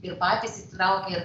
ir patys įtraukia ir